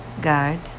guard